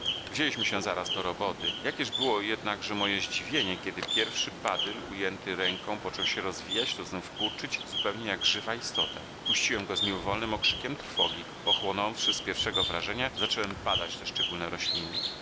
wzięliśmy się zaraz do roboty jakież było jednakże moje zdziwienie kiedy pierwszy badyl ujęty ręką począł się rozwijać to znów kurczyć zupełnie jak żywa istota puściłem go z mimowolnym okrzykiem trwogi ochłonąwszy z pierwszego wrażenia zacząłem badać te szczególne rośliny